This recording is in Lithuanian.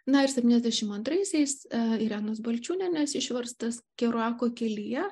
na ir septyniasdešimt antraisiais irenos balčiūnienės išverstas keruako kelyje